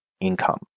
income